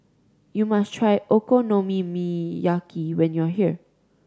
you must try Okonomiyaki when you are here